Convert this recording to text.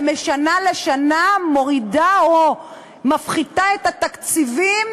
ומשנה לשנה היא מורידה או מפחיתה את התקציבים